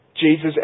Jesus